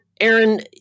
Aaron